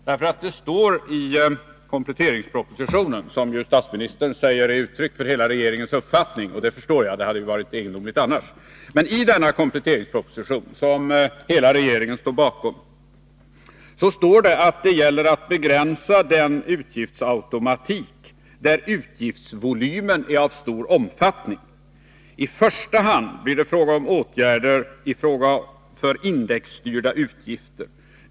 Det står nämligen i kompletteringspropositionen, som statsministern säger är ett uttryck för hela regeringens uppfattning — och det hade varit orimligt annars —, att det gäller att begränsa den utgiftsautomatik där utgiftsvolymen är av stor omfattning. I första hand blir det fråga om åtgärder för indexstyrda utgifter.